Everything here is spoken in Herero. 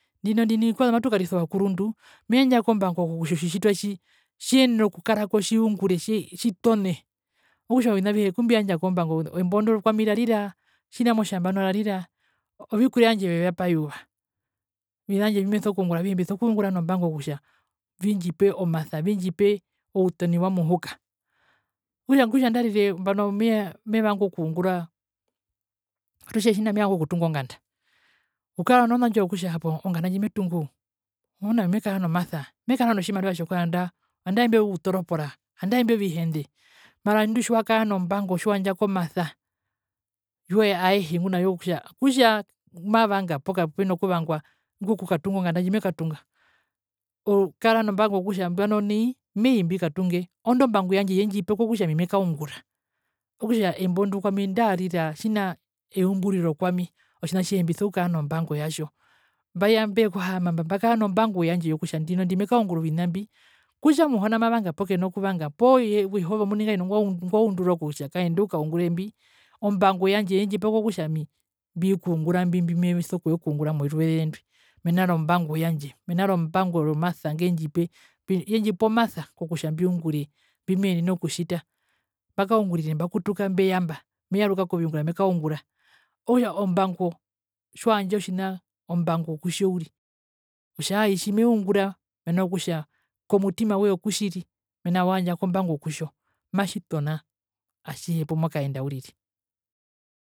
Ndinondi nai kwazu matukarisa ovakurundu meyandja kombango kutja otjitjitwa tji tjiungure tjitone okutja ovina avihe okumbiyandja kombango embo ndo kwami rarira tjina tjimotja nambano arira ovikuria vyandje vyopeyapa yuva ovina vyandje avihe mbimeso kungura mbiso kungura nombango avihe mena rokutja vindjipe outoni wa muhuka kutja nandarire nambano mehee mevanga okungura ngatutje tjina mevanga okutunga onganda ukara nona ndjiyo kutja hapo nganda ndji metungu muhona mekara nomasa mekara notjimariva tjokurandaa andae imbio vitoropora andae imbio vihende mara indi tjiwakara nombango tjiwakara tjiwandja komasa yoe aehe kutja mavanga poo kapena kuvangwa okura nokutja nambano nai mei mbikatunge oondi ombango yendjipe kokutja mekaungura okutja embo ndo kwami ondarira tjina eumburiro kwami otjina atjihe mbisokukara nombango yatjo mbeya mbekuhaama mba mbakaa nombango yandje kutja ndinondi mekaungura ovina mbi kutja muhona mavanga poo kena kuvanga poo yee jehova omuni ongwaundura kutja kaende ukaungure mbi ombango yandje indjipa kokutja mbiye kungura mbi mbimeso kuyekungura moruveze nwi mena rombango yandje mena rombango yomasa ngendjipe yendjipe omasa kokutja mbiungure mbimenene okutjita mbakaungura mbakutuka mbeya mba meyaruka koviungura mekaungura okutja ombango tjiwandja otjina ombango kutjo uriri otja aahaa itji meungura mena rokutja komutima woye okutjiri mena kutja waandja ombango kutjo uriri.